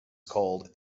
called